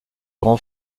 grand